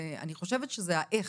אני חושבת שזה האיך.